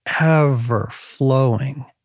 ever-flowing